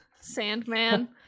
Sandman